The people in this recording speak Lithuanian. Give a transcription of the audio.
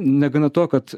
negana to kad